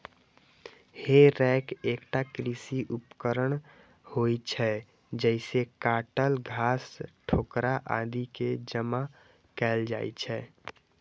हे रैक एकटा कृषि उपकरण होइ छै, जइसे काटल घास, ठोकरा आदि कें जमा कैल जाइ छै